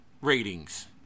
ratings